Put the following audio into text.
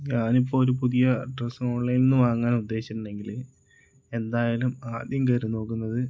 ഞാനിപ്പോൾ ഒരു പുതിയ ഡ്രസ്സ് ഓൺലൈനിൽനിന്ന് വാങ്ങാൻ ഉദ്ദേശിച്ചിട്ടുണ്ടെങ്കിൽ എന്തായാലും ആദ്യം കയറി നോക്കുന്നത്